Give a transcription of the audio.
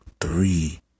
three